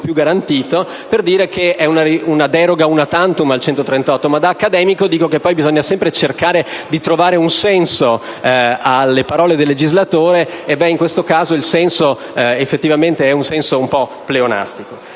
più garantito e per dire che è una deroga *una tantum* all'articolo 138. Tuttavia, da accademico dico che poi bisogna sempre cercare di trovare un senso alle parole del legislatore. In questo caso, il senso effettivamente è un po' pleonastico.